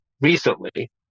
recently